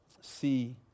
see